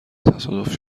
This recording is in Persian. تصادف